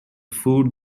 food